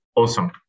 Awesome